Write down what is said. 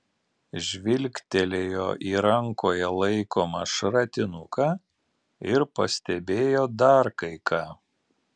žvilgtelėjo į rankoje laikomą šratinuką ir pastebėjo dar kai ką